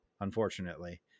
Unfortunately